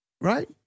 Right